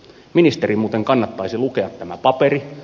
ministerin muuten kannattaisi lukea tämä paperi